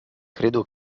credo